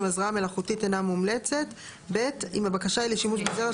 אם הזרעה מלאכותית אינה מומלצת; (ב) אם הבקשה היא לשימוש בזרע